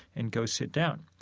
and go sit down.